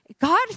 God